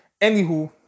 Anywho